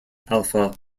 alpha